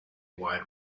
wide